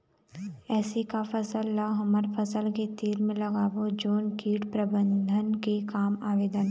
ऐसे का फसल ला हमर फसल के तीर मे लगाबो जोन कीट प्रबंधन के काम आवेदन?